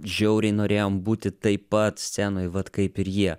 žiauriai norėjom būti taip pat scenoj vat kaip ir jie